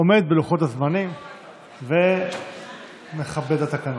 עומד בלוחות הזמנים ומכבד את התקנות.